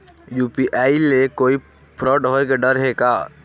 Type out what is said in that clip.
UPI ले कोई fraud होए के डर हे का?